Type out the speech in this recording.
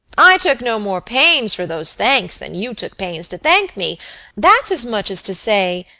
i took no more pains for those thanks than you took pains to thank me that's as much as to say,